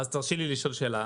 תרשי לי לשאול שאלה.